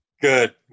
Good